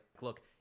Look